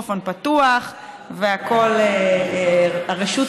טלי פלוסקוב, בואו ניתן לחברת הכנסת